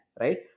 right